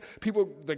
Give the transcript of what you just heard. People